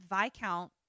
Viscount